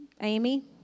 Amy